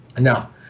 Now